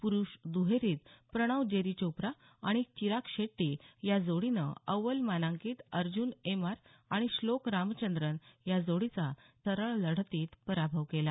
पुरूष दहेरीत प्रणव जेरी चोप्रा आणि चिराग शेट्टी या जोडीनं अव्वल मानांकीत अर्ज्ञन एम आर आणि श्लोक रामचंद्रन या जोडीचा सरळ लढतीत पराभव केला